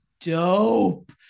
dope